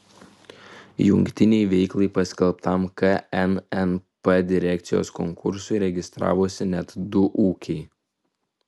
jungtinei veiklai paskelbtam knnp direkcijos konkursui registravosi net du ūkiai